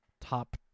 Top